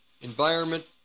environment